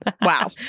Wow